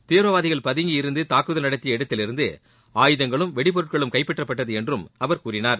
தீவிரவாதிகள் பதுங்கியிருந்து தாக்குதல் நடத்திய இடத்தில் இருந்து ஆயுதங்களும் வெடிப்பொருட்களும் கைப்பற்றப்பட்டது என்றும் அவர் கூறினார்